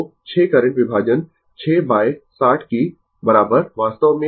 तो 6 करंट विभाजन 6 बाय 60 कि वास्तव में i 0